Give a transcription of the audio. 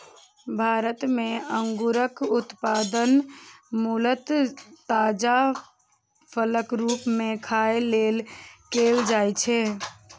भारत मे अंगूरक उत्पादन मूलतः ताजा फलक रूप मे खाय लेल कैल जाइ छै